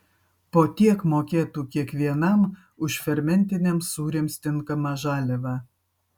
po tiek mokėtų kiekvienam už fermentiniams sūriams tinkamą žaliavą